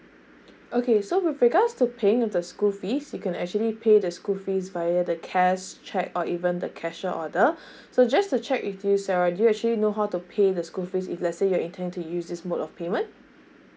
okay so with regards to playing the school fees you can actually pay the school fees via the cash cheque or even the cashier order so just to check with you sarah do you actually know how to pay the school fees if let's say you intend to use this mode of payment